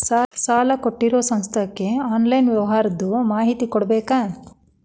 ಸಾಲಾ ಕೊಟ್ಟಿರೋ ಸಂಸ್ಥಾಕ್ಕೆ ಆನ್ಲೈನ್ ವ್ಯವಹಾರದ್ದು ಮಾಹಿತಿ ಕೊಡಬೇಕಾ?